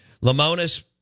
Lamona's